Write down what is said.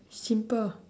simple